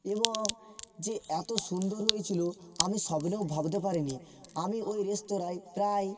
এবং যে এত সুন্দর হয়েছিল আমি স্বপ্নেও ভাবতে পারিনি আমি ওই রেস্তোরাঁয় প্রায়